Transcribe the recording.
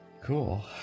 Cool